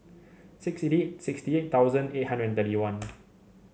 sixty eight sixty eight thousand eight hundred and thirty one